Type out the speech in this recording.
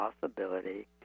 possibility